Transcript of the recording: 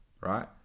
right